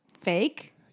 Fake